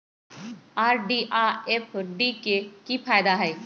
RD आ FD के कि फायदा हई?